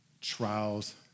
Trials